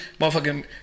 motherfucking